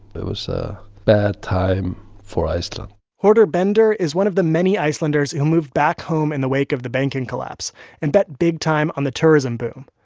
it was a bad time for iceland hordur bender is one of the many icelanders who moved back home in the wake of the banking collapse and bet big time on the tourism boom.